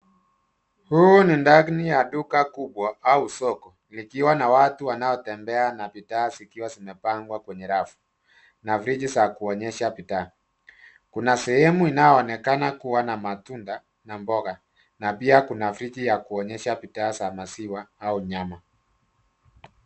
Huu ni ndani ya duka kubwa au soko, likiwa na watu wanaotembea na bidhaa zimepangwa kwenye rafu, na friji za kuonyesha bidhaa. Kuna sehemu inayoonekana kuwa na matunda na mboga, na pia kuna friji ya kuonyesha bidhaa za maziwa au nyama.